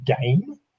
game